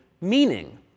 meaning